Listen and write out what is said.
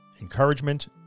encouragement